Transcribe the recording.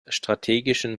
strategischen